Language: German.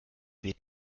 wird